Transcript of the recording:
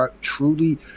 truly